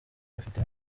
bafite